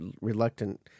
reluctant